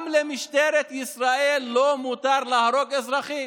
גם למשטרת ישראל לא מותר להרוג אזרחים